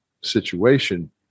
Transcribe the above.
situation